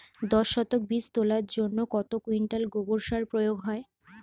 দশ শতক বীজ তলার জন্য কত কুইন্টাল গোবর সার প্রয়োগ হয়?